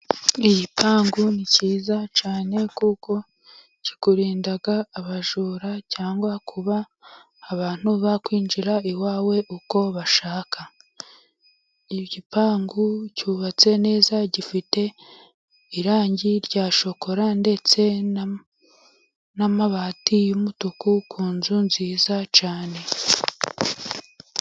Igipangu ni cyiza cyane, kuko kikurinda abajura cyangwa kuba abantu bakwinjira iwawe uko bashaka. Igipangu cyubatse neza gifite irangi rya shokora, ndetse n'amabati y'umutuku ku nzu nziza cyane.